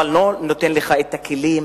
אבל לא נותן לך את הכלים,